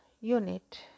unit